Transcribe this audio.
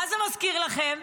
מה זה מזכיר לכם?